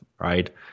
right